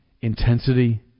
intensity